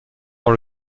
dans